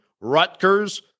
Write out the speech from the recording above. Rutgers